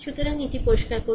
সুতরাং এটি পরিষ্কার করুন